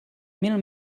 mil